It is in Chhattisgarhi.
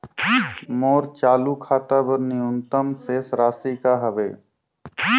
मोर चालू खाता बर न्यूनतम शेष राशि का हवे?